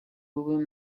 google